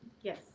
Yes